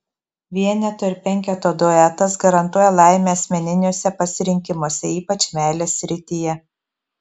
vieneto ir penketo duetas garantuoja laimę asmeniniuose pasirinkimuose ypač meilės srityje